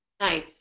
Nice